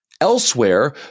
elsewhere